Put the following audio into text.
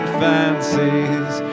fancies